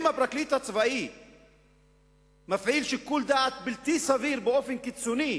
אם הפרקליט הצבאי מפעיל שיקול דעת בלתי סביר באופן קיצוני,